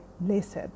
laced